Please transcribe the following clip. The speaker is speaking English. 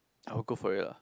I will go for it lah